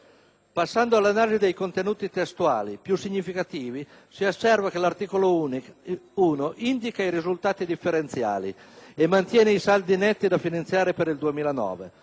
Passando all'analisi dei contenuti testuali più significativi, si osserva che l'articolo 1 indica i risultati differenziali e mantiene i saldi netti da finanziare per il 2009,